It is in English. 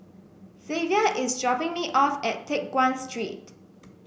Zavier is dropping me off at Teck Guan Street